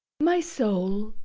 my soul.